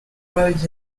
roads